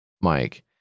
Mike